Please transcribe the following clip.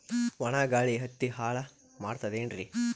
ಒಣಾ ಗಾಳಿ ಹತ್ತಿ ಹಾಳ ಮಾಡತದೇನ್ರಿ?